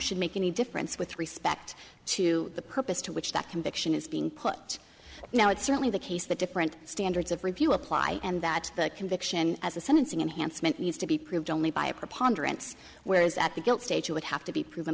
should make any difference with respect to the purpose to which that conviction is being put now it's certainly the case that different standards of review apply and that the conviction as a sentencing enhanced meant needs to be proved only by a preponderance whereas at the guilt stage you would have to be proven